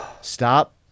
Stop